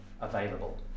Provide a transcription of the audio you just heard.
available